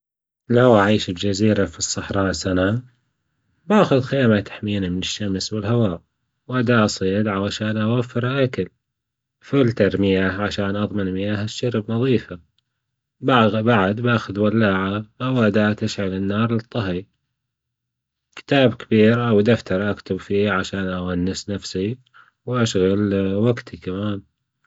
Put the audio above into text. لو أعيش بجزيرة في الصحراء سنة، بأخذ خيمة تحميني من الشمس والهواء، وأداة صيد عشان أوفر أكل، فلتر مياه عشان أضمن مياه الشرب نظيفة، بعد بأخذ ولاعة أو أداة تشعل النار للطهي، كتاب كبير أو دفتر أكتب فيه علشان أونس نفسي وأشغل وجتي كمان.